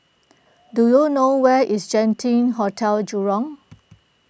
do you know where is Genting Hotel Jurong